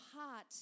heart